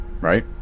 right